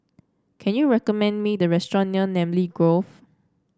can you recommend me the restaurant near Namly Grove